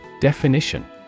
Definition